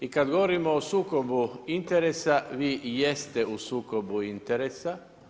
I kada govorimo o sukobu interesa, vi i jeste u sukobu interesa.